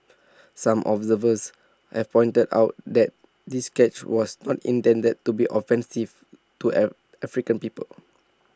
some observers have pointed out that this sketch was not intended to be offensive to air African people